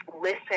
listen